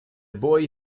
boy